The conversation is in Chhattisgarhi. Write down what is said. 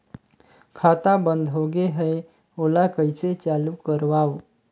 खाता बन्द होगे है ओला कइसे चालू करवाओ?